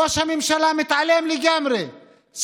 ראש הממשלה מתעלם לגמרי,